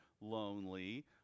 lonely